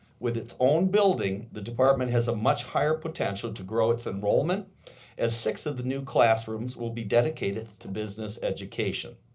with its own building, the department has a much higher potential to grow its enrollment as six of the new classrooms will be dedicated to business education.